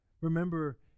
Remember